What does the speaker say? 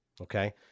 okay